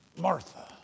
Martha